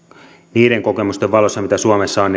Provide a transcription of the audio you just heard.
niiden kokemusten valossa mitä suomessa on